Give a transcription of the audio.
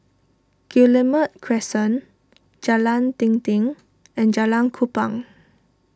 Guillemard Crescent Jalan Dinding and Jalan Kupang